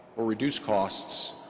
or reduced costs,